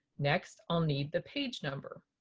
next i'll need the page number.